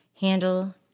handle